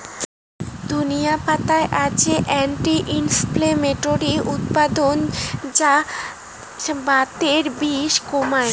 ধনিয়া পাতাত আছে অ্যান্টি ইনফ্লেমেটরি উপাদান যা বাতের বিষ কমায়